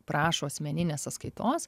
prašo asmeninės sąskaitos